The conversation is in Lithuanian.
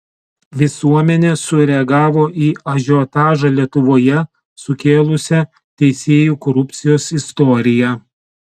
visuomenė sureagavo į ažiotažą lietuvoje sukėlusią teisėjų korupcijos istoriją